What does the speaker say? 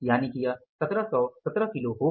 यानि कि यह 1717 किलो होगा